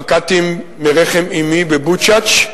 בקעתי מרחם אמי בבוצ'אץ',